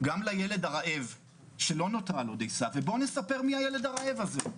גם לילד הרעב שלא נותרה לו דייסה ובוא נספר מי הילד הרעב הזה.